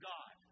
God